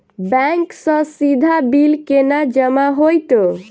Bank सँ सीधा bill केना जमा होइत?